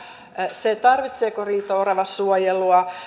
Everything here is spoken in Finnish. se tarvitseeko liito orava suojelua